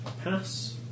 pass